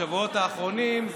בשבועות האחרונים,